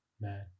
Man